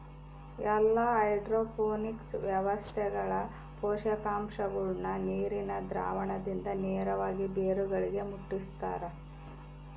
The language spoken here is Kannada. ಎಲ್ಲಾ ಹೈಡ್ರೋಪೋನಿಕ್ಸ್ ವ್ಯವಸ್ಥೆಗಳ ಪೋಷಕಾಂಶಗುಳ್ನ ನೀರಿನ ದ್ರಾವಣದಿಂದ ನೇರವಾಗಿ ಬೇರುಗಳಿಗೆ ಮುಟ್ಟುಸ್ತಾರ